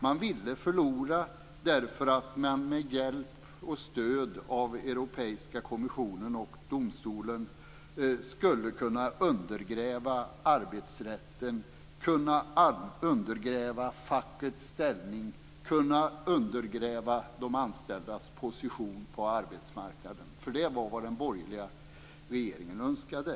Man ville förlora därför att man med hjälp och stöd av Europeiska kommissionen och Europadomstolen skulle kunna undergräva arbetsrätten, fackets ställning och de anställdas position på arbetsmarknaden. Det var vad den borgerliga regeringen önskade.